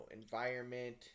environment